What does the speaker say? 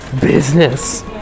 Business